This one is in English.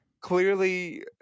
clearly